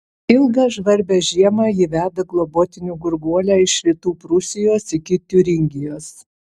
ilgą žvarbią žiemą ji veda globotinių gurguolę iš rytų prūsijos iki tiuringijos